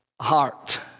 Heart